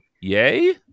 yay